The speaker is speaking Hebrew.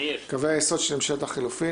קווי היסוד של ממשלת החילופים,